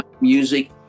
music